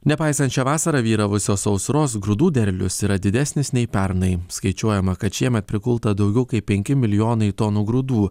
nepaisant šią vasarą vyravusios sausros grūdų derlius yra didesnis nei pernai skaičiuojama kad šiemet prikulta daugiau kaip penki milijonai tonų grūdų